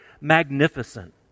magnificent